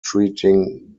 treating